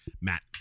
Matt